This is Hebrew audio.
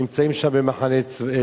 הם נמצאים שם במחנה צבאי,